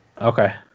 Okay